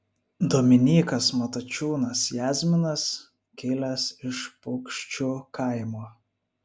dominykas matačiūnas jazminas kilęs iš paukščiu kaimo